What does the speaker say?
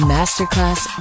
Masterclass